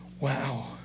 Wow